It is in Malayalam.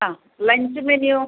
ആ ലഞ്ച് മെനുവോ